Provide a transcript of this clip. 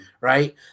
right